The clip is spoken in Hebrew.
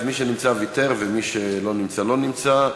אז מי שנמצא ויתר, ומי שלא נמצא, לא נמצא.